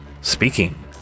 Speaking